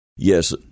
Yes